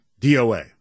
DOA